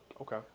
Okay